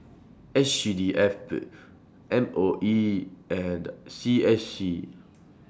S C D F M O E and C S C